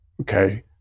okay